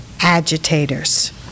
agitators